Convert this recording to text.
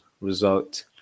result